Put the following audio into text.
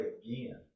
again